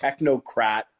technocrat